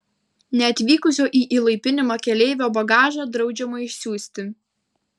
neatvykusio į įlaipinimą keleivio bagažą draudžiama išsiųsti